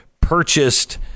purchased